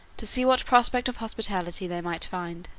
to see what prospect of hospitality they might find.